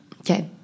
Okay